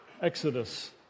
Exodus